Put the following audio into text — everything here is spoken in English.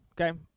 Okay